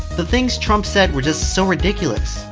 the things trump said, were just so ridiculous.